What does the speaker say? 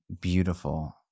beautiful